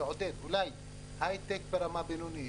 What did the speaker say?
אולי לעודד הייטק ברמה בינונית,